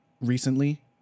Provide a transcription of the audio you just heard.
recently